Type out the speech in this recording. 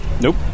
Nope